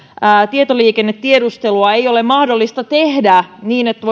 tietoliikennetiedustelua ei ole mahdollista tehdä niin että